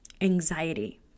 anxiety